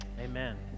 amen